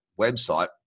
website